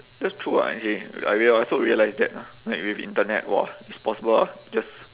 that's true ah actually I rea~ I also realised that lah like with internet !wah! it's possible ah just